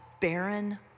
barren